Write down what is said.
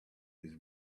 his